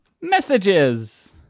Messages